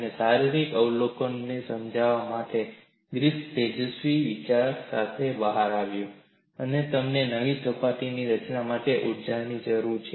અને શારીરિક અવલોકનને સમજાવવા માટે ગ્રિફિથ તેજસ્વી વિચાર સાથે બહાર આવ્યો તમને નવી સપાટીઓની રચના માટે ઊર્જાની જરૂર છે